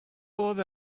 oedd